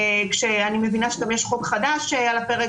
כשאני מבינה שגם יש חוק חדש על הפרק